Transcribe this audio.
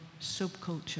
subculture